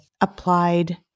Applied